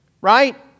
Right